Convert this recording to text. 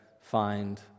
find